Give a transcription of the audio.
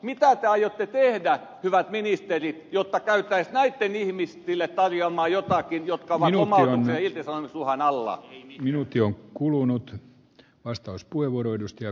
mitä te aiotte tehdä hyvät ministerit jotta käytäisiin näille ihmisille tarjoamaan jotakin jotka vain omaan hiekkaan lainalla ei minuutti on ovat lomautuksen ja irtisanomisuhan alla